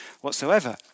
whatsoever